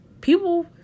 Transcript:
people